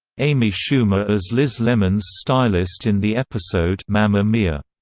amy schumer as liz lemon's stylist in the episode mamma mia